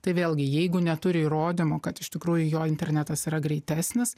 tai vėlgi jeigu neturi įrodymų kad iš tikrųjų jo internetas yra greitesnis